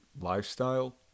lifestyle